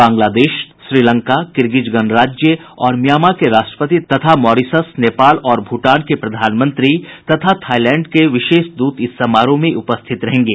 Bangladesh Sri Lanka Kyrgyz गणराज्य और Myanmar के राष्ट्रपति तथा मॉरिशस नेपाल और भूटान के प्रधानमंत्री तथा थाइलैंड के विशेष द्रत इस समारोह में उपस्थित रहेंगे